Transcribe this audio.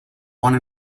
one